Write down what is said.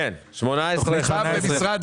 ערד,